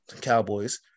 Cowboys